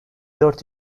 dört